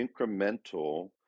incremental